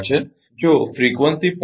જો ફ્રિકવંસી 0